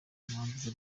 impamvu